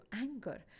anger